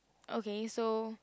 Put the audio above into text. okay so